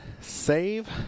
SAVE